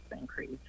increase